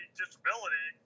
disability